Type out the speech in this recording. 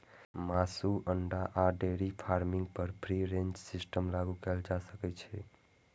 मासु, अंडा आ डेयरी फार्मिंग पर फ्री रेंज सिस्टम लागू कैल जा सकै छै